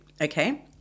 okay